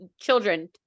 children